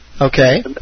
Okay